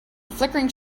flickering